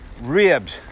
ribs